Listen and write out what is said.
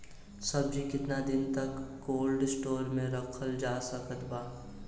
सब्जी केतना दिन तक कोल्ड स्टोर मे रखल जा सकत बा?